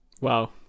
Wow